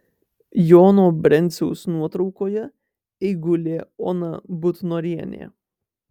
jono brenciaus nuotraukoje eigulė ona butnorienė